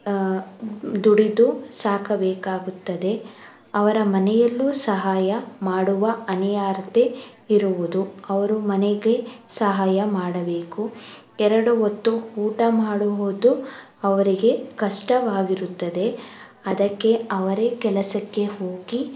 ದುಡಿದು ಸಾಕಬೇಕಾಗುತ್ತದೆ ಅವರ ಮನೆಯಲ್ಲೂ ಸಹಾಯ ಮಾಡುವ ಅನಿಯಾರತೆ ಇರುವುದು ಅವರು ಮನೆಗೆ ಸಹಾಯ ಮಾಡಬೇಕು ಎರಡು ಹೊತ್ತು ಊಟ ಮಾಡುವುದು ಅವರಿಗೆ ಕಷ್ಟವಾಗಿರುತ್ತದೆ ಅದಕ್ಕೆ ಅವರೇ ಕೆಲಸಕ್ಕೆ ಹೋಗಿ